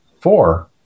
four